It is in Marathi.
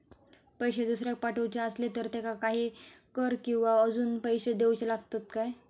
पैशे दुसऱ्याक पाठवूचे आसले तर त्याका काही कर किवा अजून पैशे देऊचे लागतत काय?